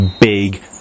big